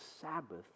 Sabbath